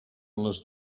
les